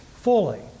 fully